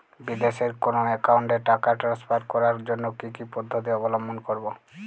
বিদেশের কোনো অ্যাকাউন্টে টাকা ট্রান্সফার করার জন্য কী কী পদ্ধতি অবলম্বন করব?